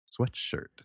sweatshirt